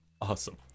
awesome